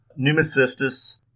pneumocystis